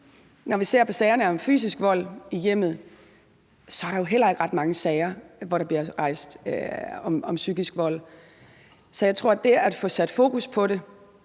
Når vi ser på sagerne om fysisk vold i hjemmet, er der heller ikke ret mange sager om psykisk vold. Så jeg tror, at det handler om at få sat fokus på det